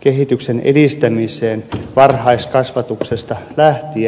kehityksen edistämiseen varhaiskasvatuksesta lähtien on paikallaan